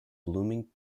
blooming